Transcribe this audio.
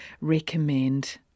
recommend